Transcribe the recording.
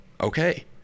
okay